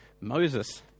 Moses